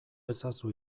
ezazu